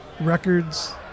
records